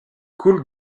coule